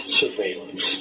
surveillance